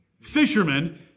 fishermen